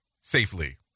safely